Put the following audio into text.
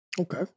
Okay